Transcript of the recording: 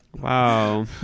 Wow